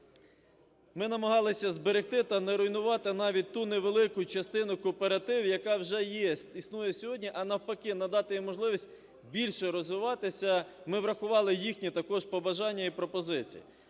Ми намагалися зберегти та не руйнувати навіть ту невелику частину кооперативів, яка вже є, існує сьогодні, а, навпаки, надати їм можливість більше розвиватися. Ми врахували їхні також побажання і пропозиції.